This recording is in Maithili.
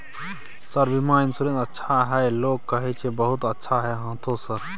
सर बीमा इन्सुरेंस अच्छा है लोग कहै छै बहुत अच्छा है हाँथो सर?